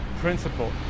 principle